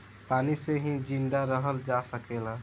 पानी से ही जिंदा रहल जा सकेला